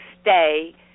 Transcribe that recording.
stay